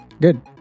Good